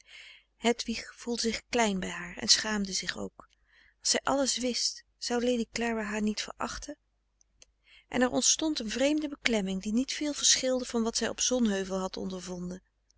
hedwig voelde zich klein bij haar en schaamde zich ook als zij alles wist zou lady clara haar niet verachten en er ontstond een vreemde beklemming die niet veel verschilde van wat zij op zonheuvel had ondervonden